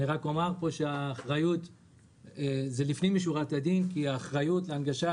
רק אומר פה שזה לפנים משורת הדין כי האחריות להנגשת